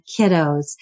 kiddos